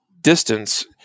distance